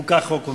חוקה, חוק ומשפט.